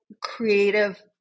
creative